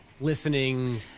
listening